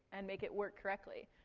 and make it work correctly.